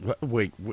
Wait